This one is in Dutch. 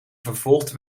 vervolgd